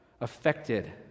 affected